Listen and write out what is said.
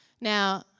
now